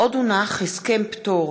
הנני מתכבדת